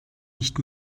nicht